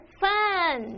fun